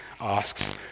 asks